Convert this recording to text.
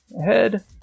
ahead